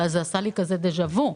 זה עשה לי דז'ה וו.